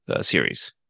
series